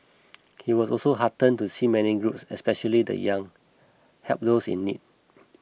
he was also heartened to see many groups especially the young help those in need